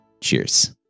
Cheers